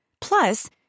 Plus